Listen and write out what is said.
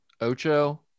Ocho